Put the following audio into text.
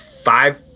five